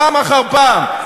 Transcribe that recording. פעם אחר פעם.